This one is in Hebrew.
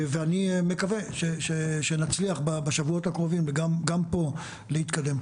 ואני מקווה שנצליח בשבועות הקרובים וגם פה להתקדם.